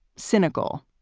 cynical,